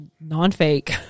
non-fake